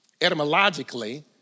etymologically